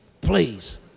please